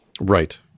Right